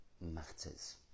matters